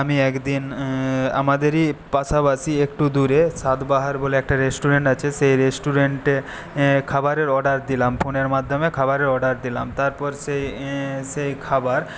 আমি একদিন আমাদেরই পাশাপাশি স্বাদ বাহার বলে একটা রেস্টুরেন্ট আছে সেই রেস্টুরেন্টে খাবারের অর্ডার দিলাম ফোনের মাধ্যমে খাবারের অর্ডার দিলাম তারপর সেই সেই খাবার